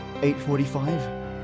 8.45